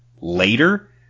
later